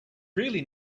really